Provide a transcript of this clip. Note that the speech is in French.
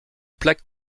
plaque